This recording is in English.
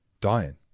dying